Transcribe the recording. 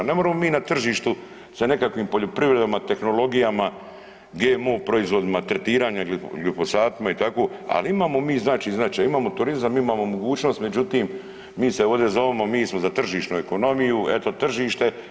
Ne moremo mi na tržištu sa nekakvim poljoprivredama, tehnologijama, GMO proizvodima, tretiranja glifosatima i tako, ali imamo mi znači značaj, imamo turizam imamo mogućnost međutim mi se ovdje …/nerazumljivo/… mi smo za tržišnu ekonomiju, eto tržište.